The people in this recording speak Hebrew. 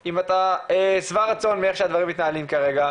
הלגליזציה או הצעדים לקראתה מנושא המדיקליזציה.